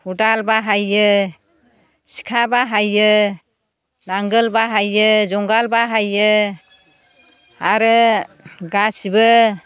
खदाल बाहायो सिखा बाहायो नांगोल बाहायो जुंगाल बाहायो आरो गासिबो